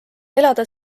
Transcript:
elada